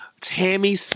Tammy